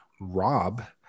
Rob